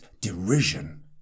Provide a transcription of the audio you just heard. derision